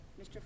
Mr